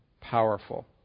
powerful